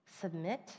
submit